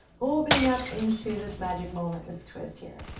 opening up into this magic moment, this twist here.